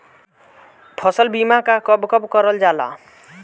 फसल बीमा का कब कब करव जाला?